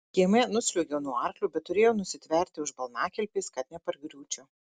kieme nusliuogiau nuo arklio bet turėjau nusitverti už balnakilpės kad nepargriūčiau